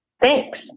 Thanks